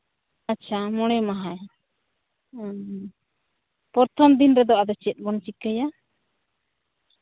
ᱟᱪᱪᱷᱟ ᱢᱚᱬᱮ ᱢᱟᱦᱟ ᱯᱨᱚᱛᱷᱚᱢ ᱫᱤᱱ ᱨᱮᱫᱚ ᱟᱫᱚ ᱪᱮᱫᱵᱚᱱ ᱪᱤᱠᱟᱹᱭᱟ